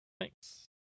Thanks